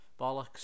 Bollocks